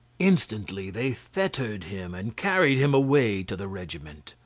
instantly they fettered him, and carried him away to the regiment.